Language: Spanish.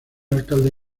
alcalde